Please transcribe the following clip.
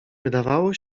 wydawało